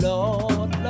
Lord